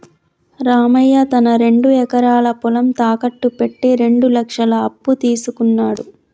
రామయ్య తన రెండు ఎకరాల పొలం తాకట్టు పెట్టి రెండు లక్షల అప్పు తీసుకున్నడు